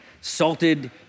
salted